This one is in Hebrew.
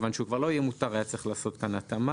מכיוון שהוא כבר לא יהיה מותר היה צריך לעשות כאן התאמה.